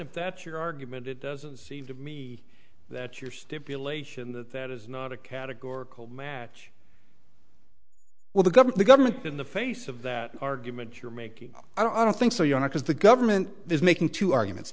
if that's your argument it doesn't seem to me that your stipulation that that is not a categorical match well the govern the government in the face of that argument you're making i don't think so you're now because the government is making two arguments